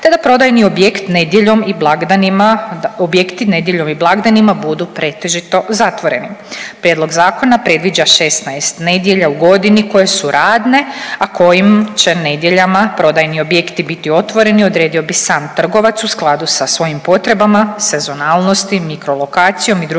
blagdanima da objekti nedjeljom i blagdanima budu pretežito zatvoreni. Prijedlog zakona predviđa 16 nedjelja u godini koje su radne, a kojim će nedjeljama prodajni objekti biti otvoreni odredio bi sam trgovac u skladu sa svojim potrebama, sezonalosti, mikrolokacijom i drugim